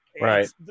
right